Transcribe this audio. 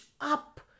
up